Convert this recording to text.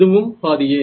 இதுவும் பாதியே